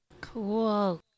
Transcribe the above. cool